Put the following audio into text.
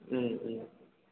उम उम